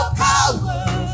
power